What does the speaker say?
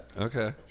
Okay